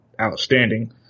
outstanding